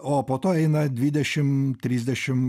o po to eina dvidešim trisdešim